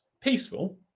peaceful